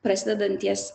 prasideda danties